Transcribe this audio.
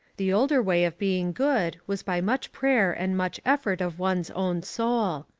the older way of being good was by much prayer and much effort of one's own soul.